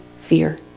fear